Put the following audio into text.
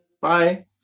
Bye